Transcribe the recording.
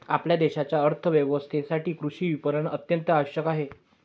आपल्या देशाच्या अर्थ व्यवस्थेसाठी कृषी विपणन अत्यंत आवश्यक आहे